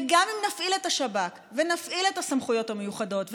וגם אם נפעיל את השב"כ ונפעיל את הסמכויות המיוחדות,